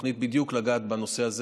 תוכנית בדיוק כדי לגעת בנושא הזה.